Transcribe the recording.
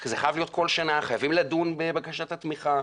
זה חייב להיות כל שנה, חייבים לדון בבקשת התמיכה.